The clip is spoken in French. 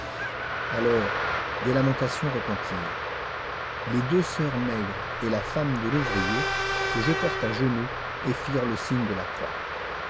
alors des lamentations retentirent les deux sœurs maigres et la femme de l'ouvrier se jetèrent à genoux et firent le signe de la croix